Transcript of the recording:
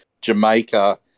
Jamaica